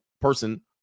person